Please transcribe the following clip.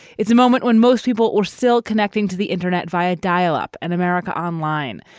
it's a moment when most people were still connecting to the internet via dial up and america online.